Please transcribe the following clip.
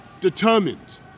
determined